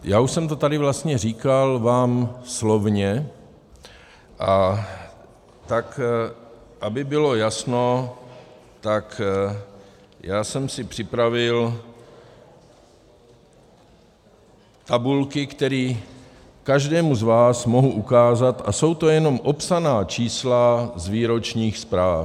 Já už jsem to tady vlastně říkal vám slovně, a tak aby bylo jasno, tak jsem si připravil tabulky, které každému z vás mohu ukázat, a jsou to jenom opsaná čísla z výročních zpráv.